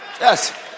Yes